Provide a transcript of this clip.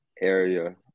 area